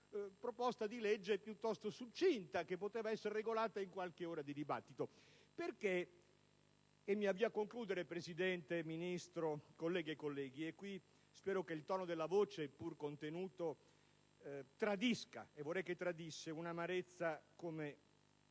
proposta di legge piuttosto succinta che poteva essere regolata in qualche ora di dibattito. Mi avvio a concludere Presidente, Ministro, colleghe e colleghi, e spero che il tono della voce, pur contenuto, tradisca - vorrei che fosse così - un'amarezza come